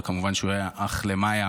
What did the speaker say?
וכמובן שהוא היה אח למאיה,